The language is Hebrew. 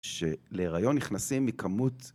שלהריון נכנסים מכמות...